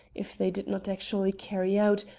if they did not actually carry out,